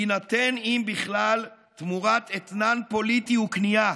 יינתן, אם בכלל, תמורת אתנן פוליטי וקנייה